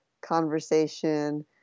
conversation